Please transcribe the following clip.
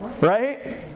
right